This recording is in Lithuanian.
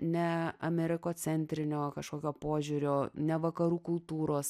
ne amerikocentrinio kažkokio požiūrio ne vakarų kultūros